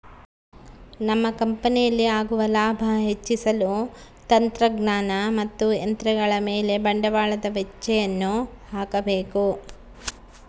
ನಮ್ಮ ಕಂಪನಿಯಲ್ಲಿ ಆಗುವ ಲಾಭ ಹೆಚ್ಚಿಸಲು ತಂತ್ರಜ್ಞಾನ ಮತ್ತು ಯಂತ್ರಗಳ ಮೇಲೆ ಬಂಡವಾಳದ ವೆಚ್ಚಯನ್ನು ಹಾಕಬೇಕು